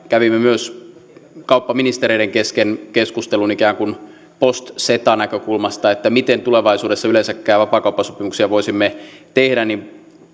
kävimme myös kauppaministereiden kesken keskustelun ikään kuin post ceta näkökulmasta että miten tulevaisuudessa yleensäkään vapaakauppasopimuksia voisimme tehdä